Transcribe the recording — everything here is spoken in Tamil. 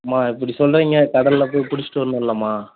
அம்மா இப்படி சொல்லுறிங்க கடலில் போய் பிடிச்சிட்டு வர்ணும்ல்லம்மா